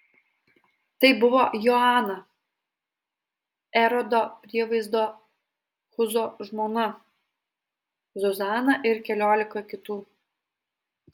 tai buvo joana erodo prievaizdo chūzo žmona zuzana ir keliolika kitų